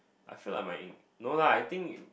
I feel like my no lah I think